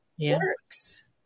works